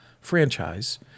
franchise